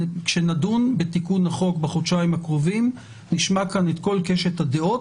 כשנדון בתיקון החוק בחודשיים הקרובים נשמע את כל קשת הדעות,